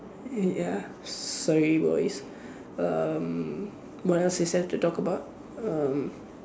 eh ya sorry boys um what else is there to talk about um